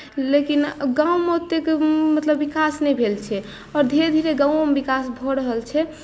लेकिन गाँवमे ओतेक मतलब विकास नहि भेल छै आओर धीरे धीरे गाँवोमे विकास भऽ रहल छै